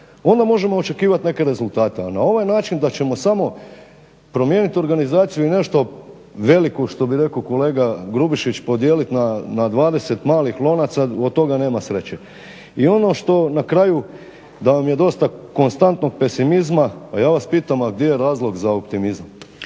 onda možemo očekivat neke rezultate. A na ovaj način da ćemo samo promijenit organizaciju i nešto veliku, što bi rekao kolega Grubišić podijelit na 20 malih novaca, od toga nema sreće. I ono što na kraju da vam je dosta konstantno pesimizma, pa ja vas pitam a gdje je razlog za optimizam.